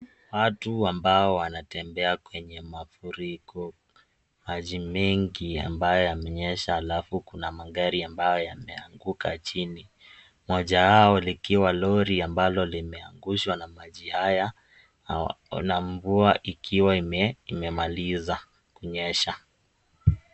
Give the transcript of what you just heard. Watu ambao wanatembea kwenye mafuriko, maji mengi ambayo yamenyesha alafu kuna magari ambayo yameanguka chini, moja yao ikiwa ni lori ambayo imeangushwa na maji haya na mvua ikiwa imemaliza kunyesha.